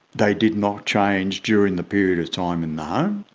they did not change during the period of time in um